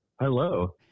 Hello